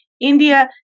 India